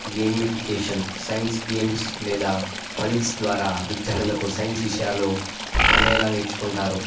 gamification science games లేదా puzzles ద్వారా విద్యార్థులకు సైన్స్ విషయాలు పనేలా నేర్చుకుంటారు